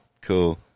Cool